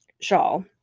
shawl